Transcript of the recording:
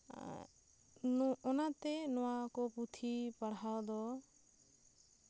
ᱚᱱᱟᱛᱮ ᱱᱚᱣᱟ ᱠᱚ ᱯᱩᱛᱷᱤ ᱯᱟᱲᱦᱟᱣ ᱫᱚ